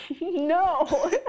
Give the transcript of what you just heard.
No